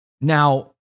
Now